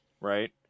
right